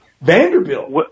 Vanderbilt